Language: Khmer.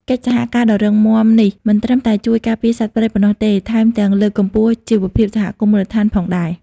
កិច្ចសហការដ៏រឹងមាំនេះមិនត្រឹមតែជួយការពារសត្វព្រៃប៉ុណ្ណោះទេ ថែមទាំងលើកកម្ពស់ជីវភាពសហគមន៍មូលដ្ឋានផងដែរ។